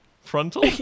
Frontal